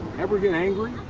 ever get angry?